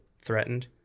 threatened